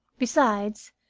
besides,